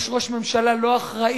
יש ראש ממשלה לא אחראי,